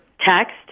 text